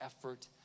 effort